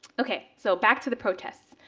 ok, so back to the protests.